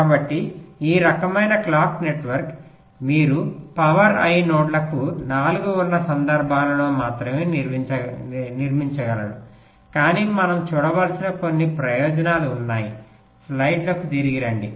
కాబట్టి ఈ రకమైన క్లాక్ నెట్వర్క్ మీరు పవర్ ఐ నోడ్లకు 4 ఉన్న సందర్భాలలో మాత్రమే నిర్మించగలరు కాని మనం చూడవలసిన కొన్ని ప్రయోజనాలు ఉన్నాయి స్లైడ్లకు తిరిగి రండి